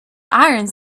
irons